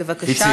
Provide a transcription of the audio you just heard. בבקשה,